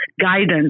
guidance